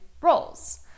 roles